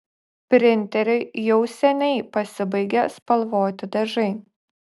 printeriui jau seniai pasibaigė spalvoti dažai